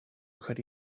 could